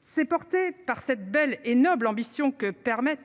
c'est porté par cette belle et noble ambition que permettent,